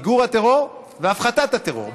מיגור הטרור והפחתת הטרור.